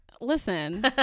listen